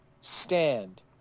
stand